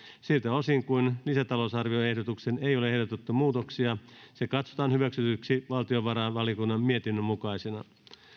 siltä osin kuin lisätalousarvioehdotukseen ei ole ehdotettu muutoksia se katsotaan hyväksytyksi valtiovarainvaliokunnan mietinnön mukaisena